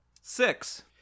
six